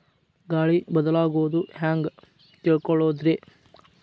ಗಾಳಿ ಬದಲಾಗೊದು ಹ್ಯಾಂಗ್ ತಿಳ್ಕೋಳೊದ್ರೇ?